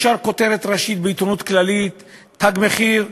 ישר כותרת ראשית בעיתונות הכללית: "תג מחיר".